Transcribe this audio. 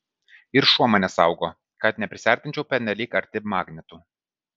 ir šuo mane saugo kad neprisiartinčiau pernelyg arti magnetų